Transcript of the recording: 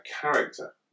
character